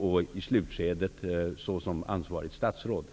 och i slutskedet som ansvarigt statsråd.